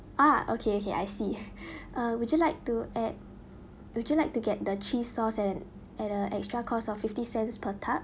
ah okay okay I see uh would you like to add would you like to get the cheese sauce and at a extra cost of fifty cents per tub